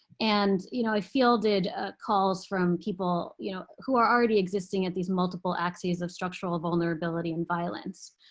and you know i fielded ah calls from people you know who are already existing at these multiple axes of structural vulnerability and violence.